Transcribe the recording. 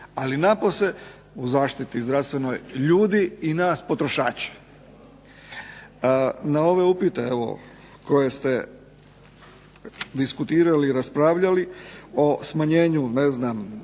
ali napose u zaštiti zdravstvenoj ljudi i nas potrošača. Na ove upite, evo koje ste diskutirali i raspravljali o smanjenju ne znam